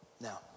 Now